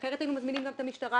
אחרת היינו מזמינים גם את המשטרה,